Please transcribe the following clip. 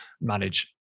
manage